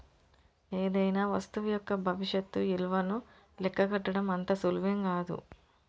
ఏదైనా వస్తువు యొక్క భవిష్యత్తు ఇలువను లెక్కగట్టడం అంత సులువేం గాదు